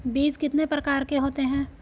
बीज कितने प्रकार के होते हैं?